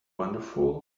wonderful